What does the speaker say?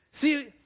See